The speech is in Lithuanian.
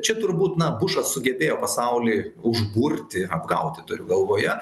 čia turbūt na bušas sugebėjo pasaulį užburti apgauti turiu galvoje